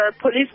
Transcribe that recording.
police